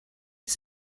was